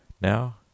Now